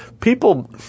People